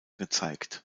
gezeigt